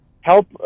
help